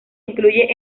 incluye